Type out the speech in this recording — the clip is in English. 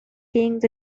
kings